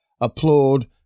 applaud